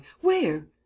Where